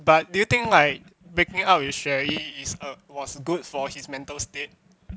but do you think like breaking up with xue yi is um was good for his mental state